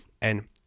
And-